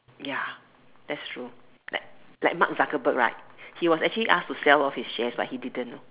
ya that's true like like Mark-Zuckerberg right he was actually asked to sell off his shares know but he didn't